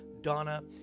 Donna